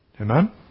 Amen